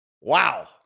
Wow